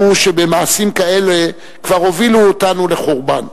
שבמעשים כאלה כבר הובילו אותנו לחורבן.